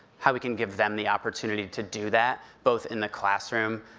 how we can give them the opportunity to do that, both in the classroom,